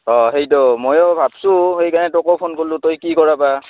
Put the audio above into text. অঁ সেইটো ময়ো ভাবছোঁ সেইকাৰণে তোকো ফোন কৰলোঁ তই কি কৰা বা